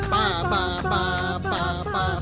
Ba-ba-ba-ba-ba